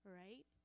right